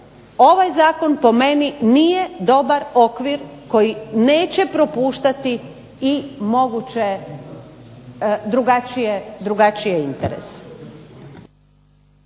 ovaj zakon po meni nije dobar okvir koji neće propuštati i moguće drugačije interese.